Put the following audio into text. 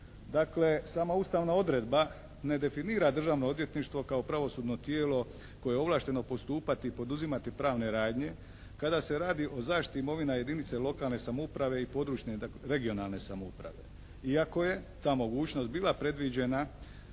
Dakle sama ustavna odredba ne definira Državno odvjetništvo kao pravosudno tijelo koje je ovlašteno postupati i poduzimati pravne radnje kada se radi o zaštiti imovina jedinice lokalne samouprave i područne (regionalne) samouprave. Iako je ta mogućnost bila predviđena